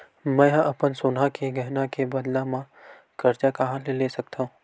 मेंहा अपन सोनहा के गहना के बदला मा कर्जा कहाँ ले सकथव?